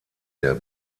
der